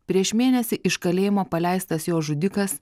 prieš mėnesį iš kalėjimo paleistas jo žudikas